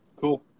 cool